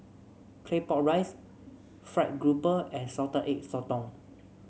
Claypot Rice fried grouper and Salted Egg Sotong